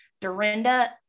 Dorinda